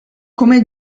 come